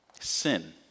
sin